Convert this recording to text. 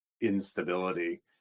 instability